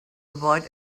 avoid